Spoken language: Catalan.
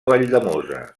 valldemossa